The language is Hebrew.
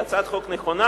כי היא הצעת חוק נכונה,